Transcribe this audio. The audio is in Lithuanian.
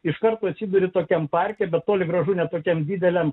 iš karto atsiduri tokiam parke bet toli gražu ne tokiam dideliam